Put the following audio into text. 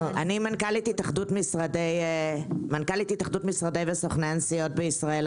אני מנכ"לית התאחדות משרדי וסוכני הנסיעות בישראל,